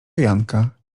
janka